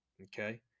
okay